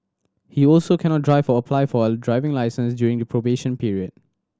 he also cannot drive or apply for a driving licence during the probation period